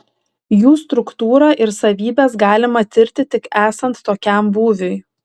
jų struktūrą ir savybes galima tirti tik esant tokiam būviui